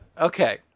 Okay